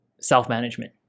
self-management